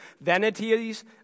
Vanities